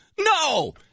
No